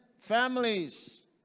families